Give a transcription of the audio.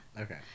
Okay